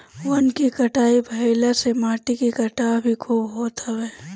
वन के कटाई भाइला से माटी के कटाव भी खूब होत हवे